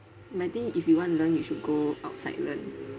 but I think if you want to learn you should go outside learn